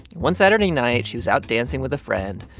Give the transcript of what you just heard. one saturday night, she was out dancing with a friend.